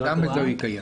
גם את זה הוא יקיים.